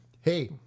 Hey